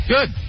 Good